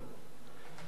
אני רוצה לומר לך,